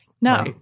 No